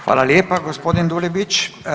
Hvala lijepa gospodin Dulibić.